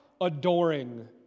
adoring